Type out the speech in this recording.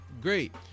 great